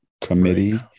committee